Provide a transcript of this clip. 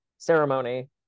ceremony